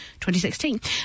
2016